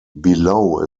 below